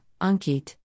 Ankit